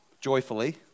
joyfully